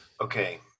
Okay